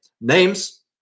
names